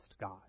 God